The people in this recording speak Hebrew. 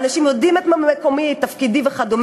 האנשים יודעים את מקומי, את תפקידי וכדומה.